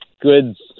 goods